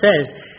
says